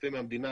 כספים מהמדינה.